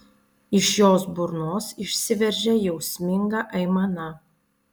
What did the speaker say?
iš jos burnos išsiveržė jausminga aimana